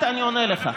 אני עונה לך.